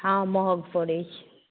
हँ महग पड़ैत छै